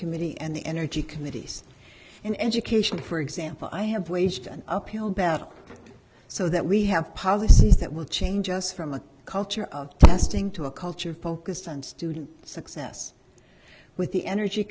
committee and the energy committees in education for example i have waged an uphill battle so that we have policies that will change us from a culture of testing to a culture focused on student success with the energy